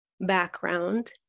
background